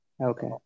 Okay